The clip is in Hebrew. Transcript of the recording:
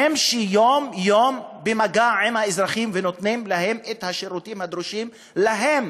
הן שיום-יום במגע עם האזרחים ונותנים להם את השירותים הנדרשים להם.